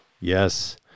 Yes